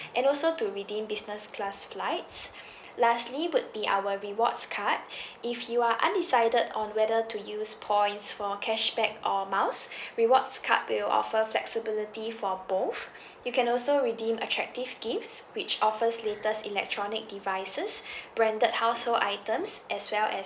and also to redeem business class flights lastly would be our rewards card if you are undecided on whether to use points for cashback or miles rewards card will offer flexibility for both you can also redeem attractive gifts which offers latest electronic devices branded household items as well as